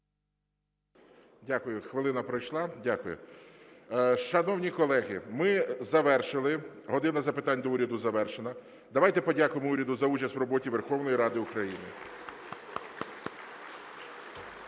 Дякую. Хвилина пройшла. Дякую. Шановні колеги, ми завершили, "година запитань до Уряду" завершена. Давайте подякуємо уряду за участь в роботі Верховної Ради України.